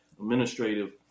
administrative